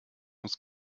muss